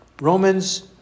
Romans